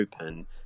open